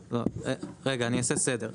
רגע אני אעשה סדר,